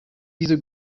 diese